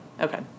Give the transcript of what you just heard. Okay